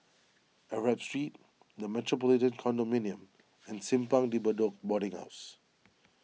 Arab Street the Metropolitan Condominium and Simpang De Bedok Boarding House